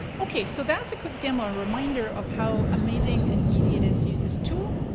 okay so that's a quick demo, reminder of how amazing and easy it is to use this tool.